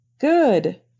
Good